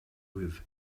with